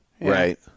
Right